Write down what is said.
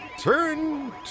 Turn